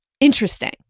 interesting